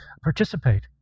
participate